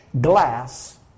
glass